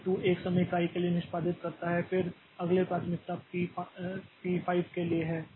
तो पी 2 1 समय इकाई के लिए निष्पादित करता है फिर अगली प्राथमिकता पी 5 के लिए है